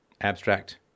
abstract